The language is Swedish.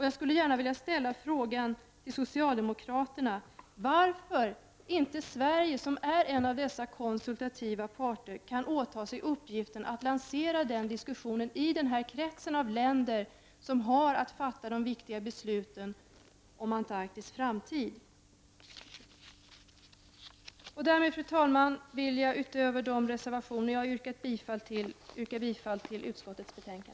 Jag skulle vilja fråga socialdemokraterna varför inte Sverige som är en av de konsultativa parterna kan åta sig uppgiften att lansera den här diskussionen i den krets av länder som har att fatta de viktiga besluten om Antarktis framtid. Fru talman! Utöver de reservationer som jag redan har yrkat bifall till yrkar jag även bifall till utskottets hemställan.